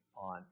on